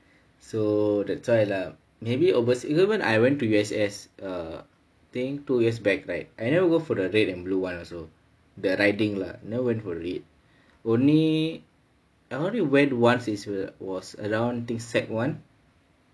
so that's why lah maybe oversea~ even when I went to U_S_S err think two years back right I never go for the red and blue [one] also the riding lah never went for it only I only went once is it was around think secondary one